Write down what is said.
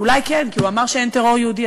אולי כן, כי הוא אמר שאין טרור יהודי.